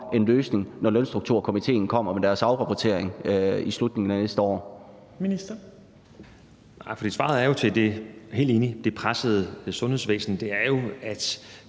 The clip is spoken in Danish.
en løsning, når Lønstrukturkomitéen kommer med sin afrapportering i slutningen af næste år?